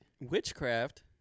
Witchcraft